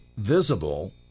visible